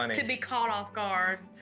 um to be caught off-guard,